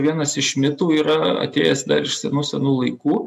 vienas iš mitų yra atėjęs dar iš senų senų laikų